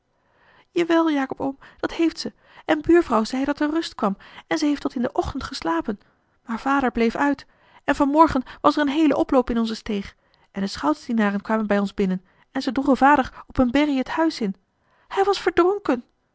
jawel jacob oom dat heeft ze en buurvrouw zeî dat er rust kwam en ze heeft tot in den ochtend geslapen maar vader bleef uit en van morgen was er een heele oploop in onze steeg en de schoutsdienaren kwamen bij ons binnen en ze droegen vader op een berrie het huis in hij was verdronken